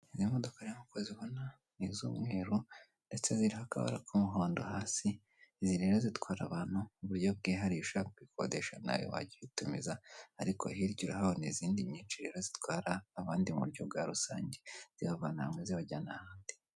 Izi modoka nk'uko uzibona ni iz'umweru ndetse zirakabara k'umuhondo hasi izi rero zitwara abantu m'uburyo bwihariye ushaka kwikodesha nawe wajya uyitumiza ariko hirya urahabona izindi nyinshi rero zitwara abandi m'uburyo bwa rusange zibavana hamwe zibajyana ahandi.